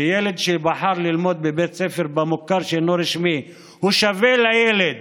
וילד שבחר ללמוד בבית ספר מוכר שאינו רשמי שווה לילד